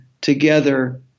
together